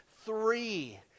three